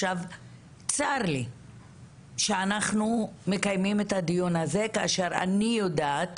צר לי שאנחנו מקיימים את הדיון הזה כאשר אני יודעת